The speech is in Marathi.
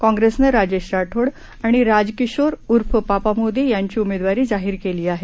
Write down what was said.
काँग्रेसनं राजेश राठोड आणि राजकिशोर उर्फ पापा मोदी यांची उमेदवारी जाहीर केली आहे